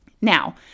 Now